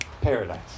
Paradise